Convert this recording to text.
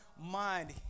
mind